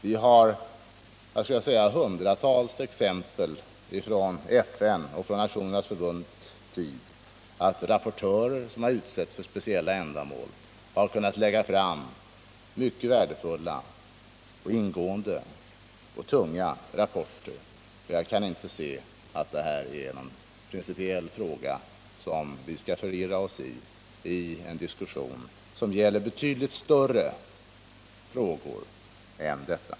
Vi har, tror jag att jag kan säga, hundratals exempel — både från FN och från Nationernas förbunds tid — på att rapportörer som har utsetts för speciella ändamål har kunnat lägga fram mycket värdefulla, ingående och tunga rapporter. Jag kan inte se att denna fråga är så principiellt viktig att vi bör förirra oss i den när vi för en diskussion som gäller betydligt större frågor.